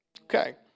Okay